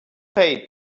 pay